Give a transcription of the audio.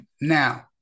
Now